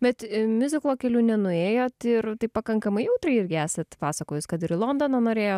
bet miuziklo keliu nenuėjot ir taip pakankamai jautriai irgi esat pasakojus kad ir į londoną norėjo